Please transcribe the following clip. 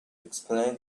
explain